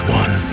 one